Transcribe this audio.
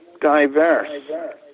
diverse